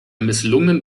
misslungenen